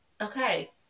Okay